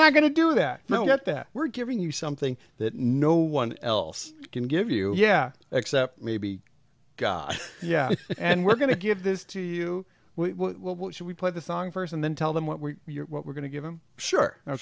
not going to do that yet that we're giving you something that no one else can give you yeah except maybe god yeah and we're going to give this to you well what should we play the song first and then tell them what were your what we're going to give i'm sure i